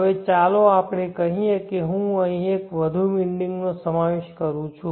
હવે ચાલો આપણે કહીએ કે હું અહીં એક વધુ વિન્ડિંગનો સમાવેશ કરું છું